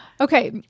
Okay